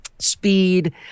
speed